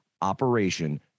operation